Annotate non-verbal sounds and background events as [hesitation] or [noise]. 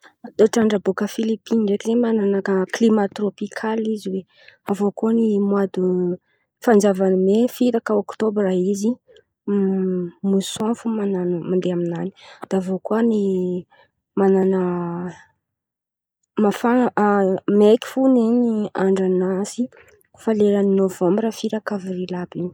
Toetr'andra bôkà Filipina ndraiky zen̈y man̈ana klimà trôpikaly izy oe. Avy eo koà ny moide fanjavan'ny me firaka ôktôbra izy [hesitation] moson fo man̈ano mandeha aminany. Dia avy eo koà ny man̈ana mafan̈a [hesitation] maiky fo zen̈y andra aminàzy kôa efa leran'ny novambra firaka avrily àby oe.